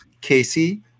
Casey